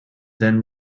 then